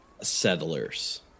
settlers